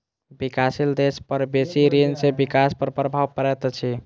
विकासशील देश पर बेसी ऋण सॅ विकास पर प्रभाव पड़ैत अछि